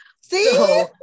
See